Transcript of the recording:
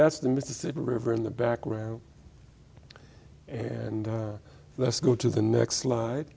that's the mississippi river in the background and let's go to the next li